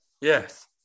Yes